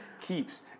keeps